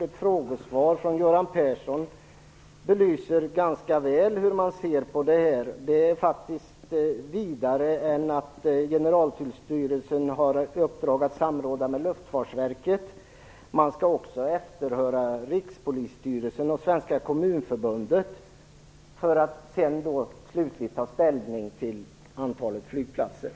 Ett frågesvar från Göran Persson belyser ganska väl hur man ser på det här. Det är faktiskt vidare än att Generaltullstyrelsen har i uppdrag att samråda med Luftfartsverket. Man skall också efterhöra med Rikspolisstyrelsen och Svenska kommunförbundet, för att sedan slutligt ta ställning till antalet flygplatser.